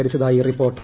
മരിച്ചതായി റിപ്പോർട്ട്